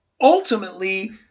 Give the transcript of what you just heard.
ultimately